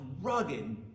rugged